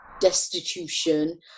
destitution